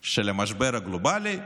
של המשבר הגלובלי,